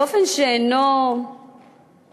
באופן שאינו מפתיע,